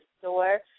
store